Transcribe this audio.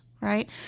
Right